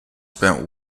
spent